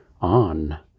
on